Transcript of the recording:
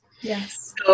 Yes